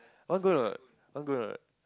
want go or not want go or not